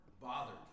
bothered